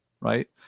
Right